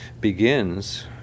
begins